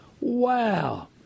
Wow